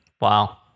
Wow